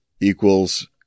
equals